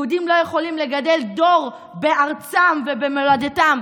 יהודים לא יכולים לגדל דור בארצם ובמולדתם.